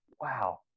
wow